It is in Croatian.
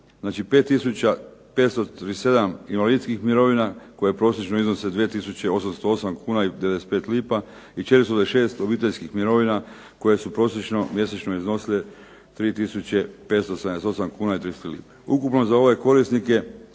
Znači 5537 invalidskih mirovina koje prosječno iznose 2808,95 kuna i 426 obiteljskih mirovina koje su prosječno mjesečno iznosile 3578,33 kuna. Ukupno za ove korisnike